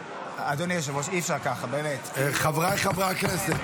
אדוני היושב-ראש,